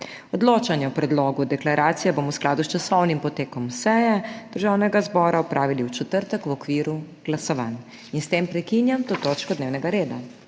Odločanje o predlogu deklaracije bomo v skladu s časovnim potekom seje Državnega zbora opravili v četrtek v okviru glasovanj. S tem prekinjam to točko dnevnega reda.